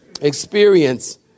experience